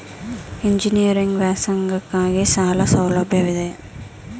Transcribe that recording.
Engineering ವ್ಯಾಸಂಗಕ್ಕಾಗಿ ಸಾಲ ಸೌಲಭ್ಯವಿದೆಯೇ?